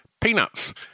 peanuts